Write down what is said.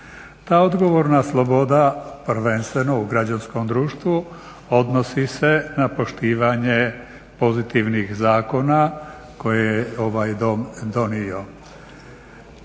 Ta odgovorna sloboda prvenstveno u građanskom društvu odnosi se na poštivanje pozitivnih zakona koje je ovaj Dom donio.